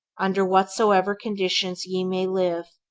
under whatsoever conditions ye may live,